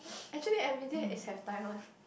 actually everyday is have time one